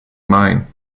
mine